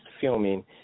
filming